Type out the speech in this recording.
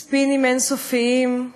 ספינים אין-סופיים.